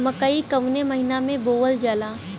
मकई कवने महीना में बोवल जाला?